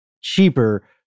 cheaper